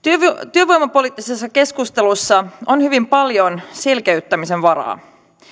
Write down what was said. työvoimapoliittisessa keskustelussa on hyvin paljon selkeyttämisen varaa